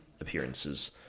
appearances